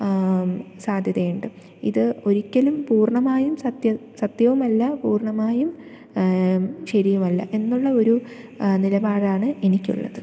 സാധ്യതയുണ്ട് ഇത് ഒരിക്കലും പൂർണ്ണമായും സത്യം സത്യവുമല്ല പൂർണ്ണമായും ശരിയുമല്ല എന്നുള്ള ഒരു നിലപാടാണ് എനിക്കുള്ളത്